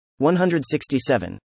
167